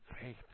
faith